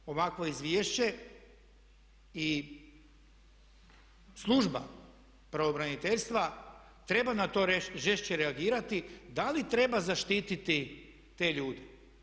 Da li ovakvo izvješće i služba pravobraniteljstva treba na to žešće reagirati da li treba zaštiti te ljude?